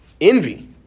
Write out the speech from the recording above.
envy